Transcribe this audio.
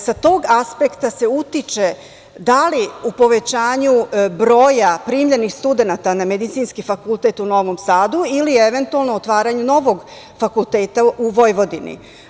Sa tog aspekta se utiče da li u povećanju broja primljenih studenata na Medicinski fakultet u Novom Sadu ili eventualno o otvaranju novog fakulteta u Vojvodini.